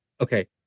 okay